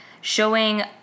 Showing